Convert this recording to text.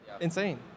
Insane